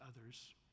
others